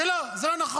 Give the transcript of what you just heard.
הוא לא, זה לא נכון.